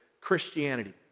Christianity